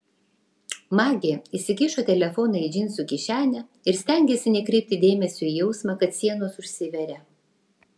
magė įsikišo telefoną į džinsų kišenę ir stengėsi nekreipti dėmesio į jausmą kad sienos užsiveria